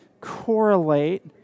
correlate